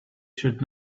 should